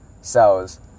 cells